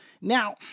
Now